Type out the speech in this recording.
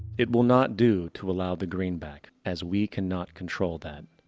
it will not do to allow the greenback. as we cannot control that.